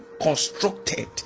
constructed